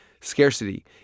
Scarcity